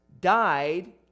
died